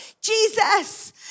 Jesus